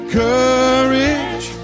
courage